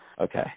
Okay